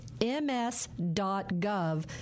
ms.gov